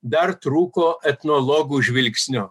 dar trūko etnologų žvilgsnio